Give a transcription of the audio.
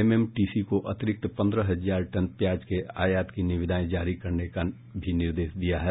MMTC को अतिरिक्त पन्द्रह हजार टन प्याज के आयात की निविदाएं जारी करने का भी निर्देश दिया है